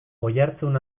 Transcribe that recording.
oihartzun